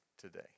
today